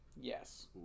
Yes